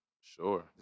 Sure